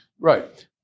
Right